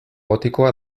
gotikoa